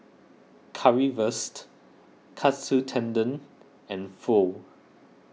Currywurst Katsu Tendon and Pho